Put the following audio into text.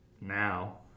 Now